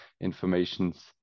informations